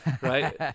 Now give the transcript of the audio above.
right